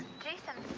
jason,